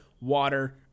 Water